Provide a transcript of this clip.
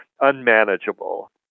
unmanageable